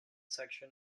section